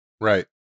Right